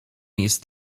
jest